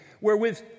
wherewith